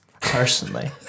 Personally